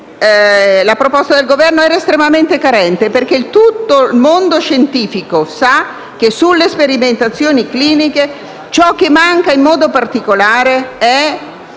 la proposta del Governo era estremamente carente sul tema, perché tutto il mondo scientifico sa che sulle sperimentazioni cliniche ciò che manca in modo particolare è